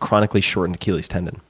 chronically shortened achilles' tendon.